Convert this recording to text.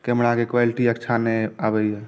कैमराक क्वालिटी अच्छा नहि आबै यऽ